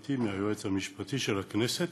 שקיבלתי מהיועץ המשפטי של הכנסת,